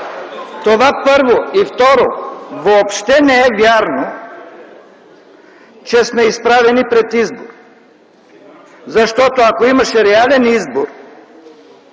Това – първо. И второ, въобще не е вярно, че сме изправени пред избор, защото ако имаше реален избор,